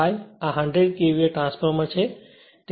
985 આ 100 KVA transformer છે